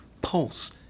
pulse